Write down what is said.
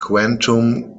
quantum